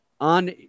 on